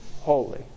holy